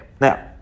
Now